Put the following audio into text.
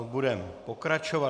Budeme pokračovat.